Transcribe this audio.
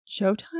Showtime